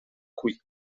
qui